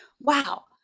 Wow